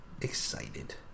excited